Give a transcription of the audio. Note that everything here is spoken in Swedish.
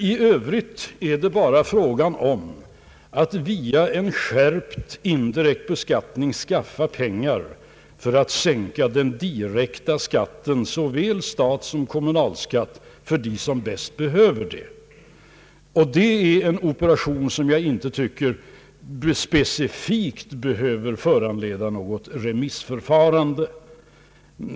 I övrigt gäller det bara att via en skärpt indirekt beskattning skaffa pengar för att kunna sänka den direkta skatten, såväl den statliga som den kommunala, för dem som bäst behöver det. Det är en operation som jag inte anser specifikt behöver föranleda något remissförfarande.